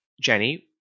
Jenny